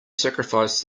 sacrifice